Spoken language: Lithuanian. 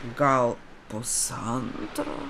gal pusantro